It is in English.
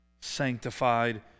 sanctified